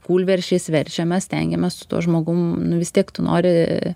kūlversčiais verčiamės stengiamės su tuo žmogum nu vis tiek tu nori